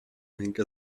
henker